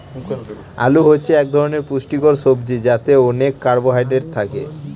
আলু হচ্ছে এক ধরনের পুষ্টিকর সবজি যাতে অনেক কার্বহাইড্রেট থাকে